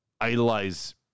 idolize